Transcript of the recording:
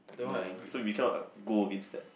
ya so we cannot go against that